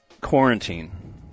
quarantine